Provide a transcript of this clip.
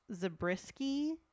Zabriskie